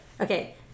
Okay